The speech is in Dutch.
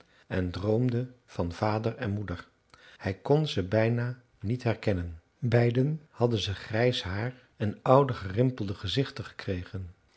en droomde van vader en moeder hij kon ze bijna niet herkennen beiden hadden ze grijs haar en oude gerimpelde gezichten gekregen